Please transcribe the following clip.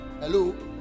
hello